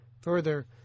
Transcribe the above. Further